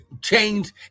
change